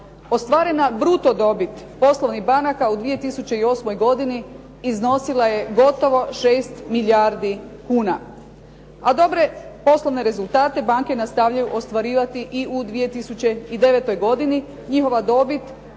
Ostvarena bruto dobit poslovnih banaka u 2008. godini iznosila je gotovo 6 milijardi kuna. A dobre poslovne rezultate banke nastavljaju ostvarivati i u 2009. godini. Njihova dobit,